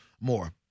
more